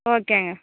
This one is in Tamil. ஓகேங்க